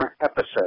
episode